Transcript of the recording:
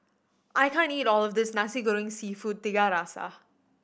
I can't eat all of this Nasi Goreng Seafood Tiga Rasa